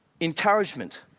Encouragement